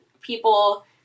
people